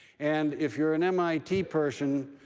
and if you're an mit person,